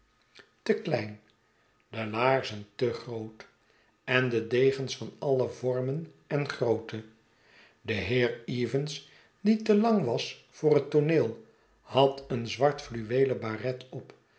te klein de laarzen te groot en de degens van alle vormen en grootte de heer evans die te lang was voor het tooneel had een zwart fluweelen baret op